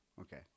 Okay